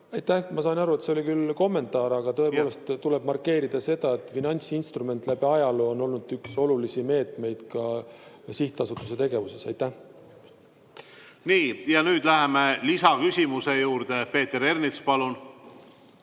Ma sain aru, et see oli küll kommentaar, aga tõepoolest, tuleb markeerida, et finantsinstrument on läbi ajaloo olnud üks olulisi meetmeid ka sihtasutuse tegevuses. Nii, nüüd läheme lisaküsimuse juurde. Peeter Ernits, palun!